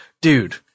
Dude